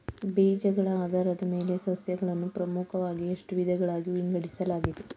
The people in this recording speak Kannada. ಬೀಜಗಳ ಆಧಾರದ ಮೇಲೆ ಸಸ್ಯಗಳನ್ನು ಪ್ರಮುಖವಾಗಿ ಎಷ್ಟು ವಿಧಗಳಾಗಿ ವಿಂಗಡಿಸಲಾಗಿದೆ?